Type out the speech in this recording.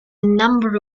number